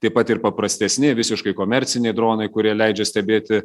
taip pat ir paprastesni visiškai komerciniai dronai kurie leidžia stebėti